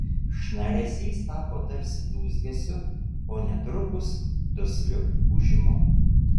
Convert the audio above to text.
šnaresys tapo tarsi dūzgesiu o netrukus dusliu ūžimu